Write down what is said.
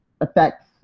affects